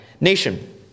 nation